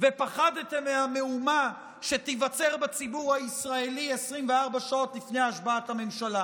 ופחדתם מהמהומה שתיווצר בציבור הישראלי 24 שעות לפני השבעת הממשלה,